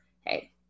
hey